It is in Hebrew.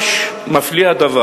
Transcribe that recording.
בסדר,